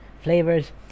flavors